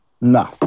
No